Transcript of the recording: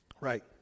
Right